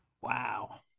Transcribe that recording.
Wow